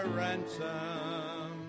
ransom